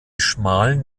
schmalen